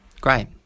Great